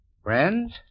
Friends